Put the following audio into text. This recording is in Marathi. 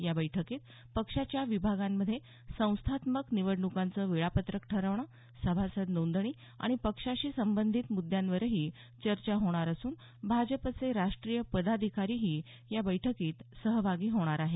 या बैठकीत पक्षाच्या विभागांमधे संस्थात्मक निवडणूकांचं वेळापत्रक ठरवणं सभासद नोंदणी आणि पक्षाशी संबधीत मुद्यावरंही चर्चा होणार असून भाजपचे राष्ट्रीय पदाधिकारीही या बैठकीत सहभागी होणार आहेत